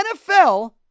NFL